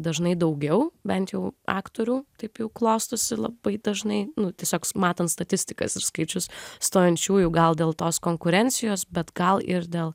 dažnai daugiau bent jau aktorių taip jau klostosi labai dažnai nu tiesiog matant statistikas ir skaičius stojančiųjų gal dėl tos konkurencijos bet gal ir dėl